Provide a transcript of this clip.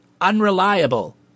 unreliable